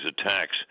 attacks